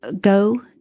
go